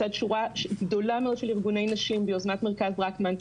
לצד שורה גדולה מאוד של ארגוני נשים ביוזמת מרכז רקמן,